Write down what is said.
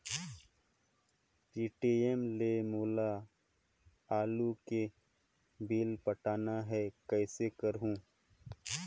Paytm ले मोला आलू के बिल पटाना हे, कइसे करहुँ?